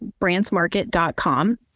brandsmarket.com